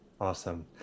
Awesome